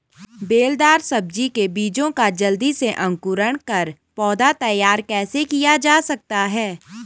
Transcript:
बेलदार सब्जी के बीजों का जल्दी से अंकुरण कर पौधा तैयार कैसे किया जा सकता है?